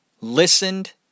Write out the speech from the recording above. Listened